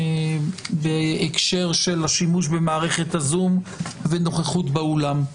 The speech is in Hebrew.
בהקשר של השימוש במערכת הזום ונוכחות באולם.